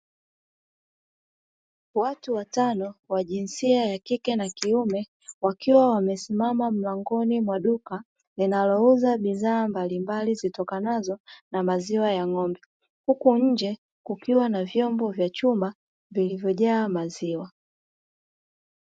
Watu watano wa jinsia ya kike na kiume wakiwa wamesimama mlangoni mwa duka linalouza bidhaa mbalimbali zitokanazo na maziwa ya ng'ombe. Huku nje kukiwa na vyombo vya chuma vilivyojaa maziwa.